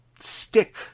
stick